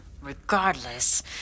Regardless